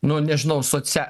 nu nežinau socia